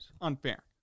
unfair